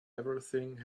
everything